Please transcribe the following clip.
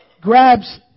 grabs